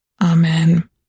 Amen